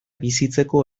bizitzeko